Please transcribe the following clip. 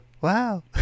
wow